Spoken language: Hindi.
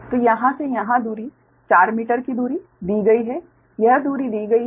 तो यहाँ से यहाँ दूरी 4 मीटर की दूरी दी गई है यह दूरी दी गई है